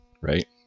right